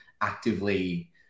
actively